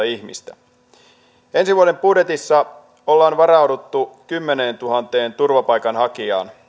ihmistä ensi vuoden budjetissa ollaan varauduttu kymmeneentuhanteen turvapaikanhakijaan